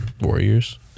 Warriors